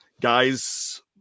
Guys